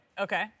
Okay